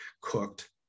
cooked